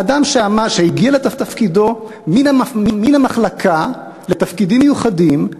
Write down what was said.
אדם שהגיע לתפקידו מן המחלקה לתפקידים מיוחדים,